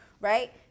right